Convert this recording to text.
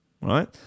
right